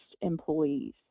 employees